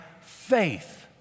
faith